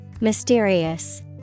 Mysterious